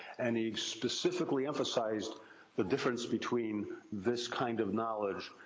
and, he specifically emphasized the difference between this kind of knowledge,